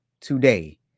today